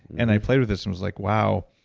and i played with this and was like wow.